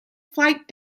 flight